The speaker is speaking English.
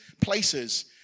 places